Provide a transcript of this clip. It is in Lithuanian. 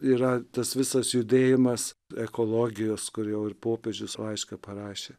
yra tas visas judėjimas ekologijos kur jau ir popiežius laišką parašė